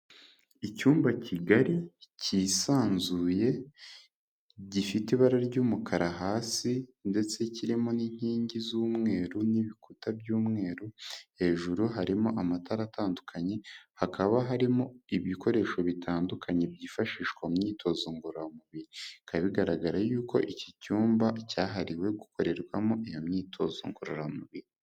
Icyumba kigari cyisanzuye, gifite ibara ry'umukara hasi ndetse kirimo n'inkingi z'umweru n'ibikuta by'umweru, hejuru harimo amatara atandukanye, hakaba harimo ibikoresho bitandukanye byifashishwa mu myitozo ngororamubiri, bikaba bigaragara yuko iki cyumba cyahariwe gukorerwamo iyo myitozo ngororamubiri.